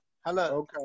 Hello